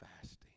fasting